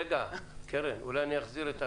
רגע, קרן, אולי אני אחזיר את הלוגו?